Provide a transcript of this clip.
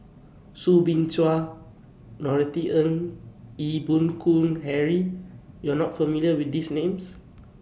Soo Bin Chua Norothy Ng Ee Boon Kong Henry YOU Are not familiar with These Names